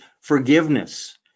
forgiveness